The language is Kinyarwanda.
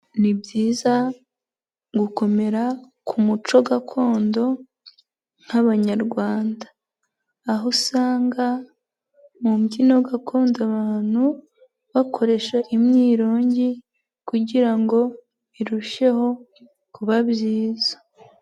Ni byiza gukomera ku muco gakondo nk'abanyarwanda, aho usanga mu mbyino gakondo abantu bakoresha imyirongi kugira ngo birusheho kuba byiza.